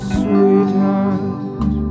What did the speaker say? sweetheart